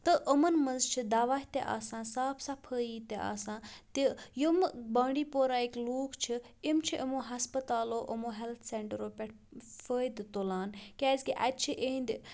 تہٕ یِمَن منٛز چھِ دَوا تہِ آسان صاف صفٲیی تہِ آسان تہِ یِم بانڈی پوراہکۍ لُکھ چھِ یِم چھِ یِمو ہَسپَتالو یِمو ہیلٕتھ سینٹَرو پٮ۪ٹھ فٲیدٕ تُلان کیٛازِکہِ اَتہِ چھِ یِہِنٛدۍ